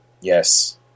Yes